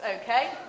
okay